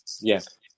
Yes